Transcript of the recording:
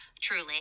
truly